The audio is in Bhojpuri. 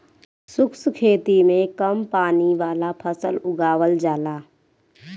शुष्क खेती में कम पानी वाला फसल उगावल जाला